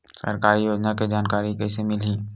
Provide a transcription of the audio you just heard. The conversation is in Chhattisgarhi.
सरकारी योजना के जानकारी कइसे मिलही?